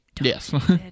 Yes